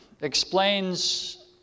explains